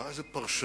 מה זה פרשנות,